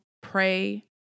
pray